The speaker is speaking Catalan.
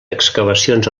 excavacions